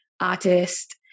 artist